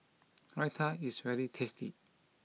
Raita is very tasty